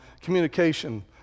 communication